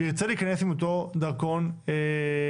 וירצה להיכנס עם אותו דרכון זר,